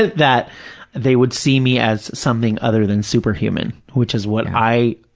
that they would see me as something other than superhuman, which is what i